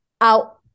out